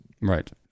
Right